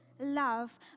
love